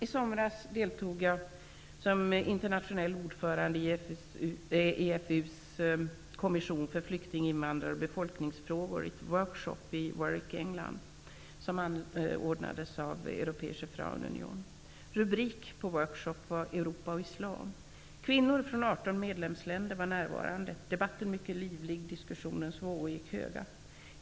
I somras deltog jag -- som internationell ordförande i EFU:s kommission för flykting-, invandrar och befolkningsfrågor -- i en work-shop som anordnades av EFU i Worrick, England. Rubriken var Europa och islam. Kvinnor från 18 medlemsländer var närvarande. Debatten var mycket livlig -- diskussionens vågor gick höga.